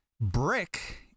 brick